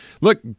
look